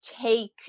take